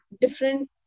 different